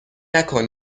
نکن